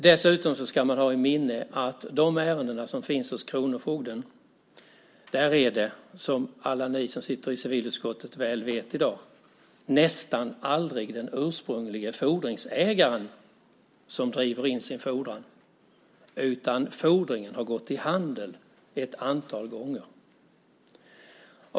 Dessutom ska man ha i minnet att i de ärenden som finns hos kronofogden är det i dag, som alla ni som sitter i civilutskottet väl vet, nästan aldrig den ursprunglige fordringsägaren som driver in sin fordran. Fordringen har gått till handel ett antal gånger.